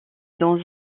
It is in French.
dans